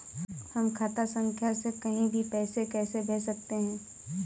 हम खाता संख्या से कहीं भी पैसे कैसे भेज सकते हैं?